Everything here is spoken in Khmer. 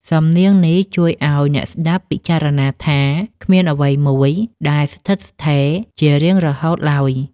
សំនៀងនេះជួយឱ្យអ្នកស្ដាប់ពិចារណាថា គ្មានអ្វីមួយដែលស្ថិតស្ថេរជារៀងរហូតឡើយ។